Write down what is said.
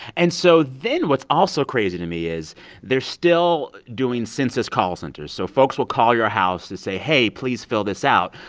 and so then what's also crazy to me is they're still doing census call centers. so folks will call your house to say, hey, please fill this out.